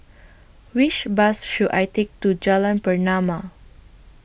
Which Bus should I Take to Jalan Pernama